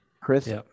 Chris